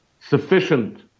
sufficient